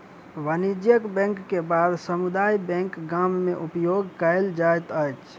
वाणिज्यक बैंक के बाद समुदाय बैंक गाम में उपयोग कयल जाइत अछि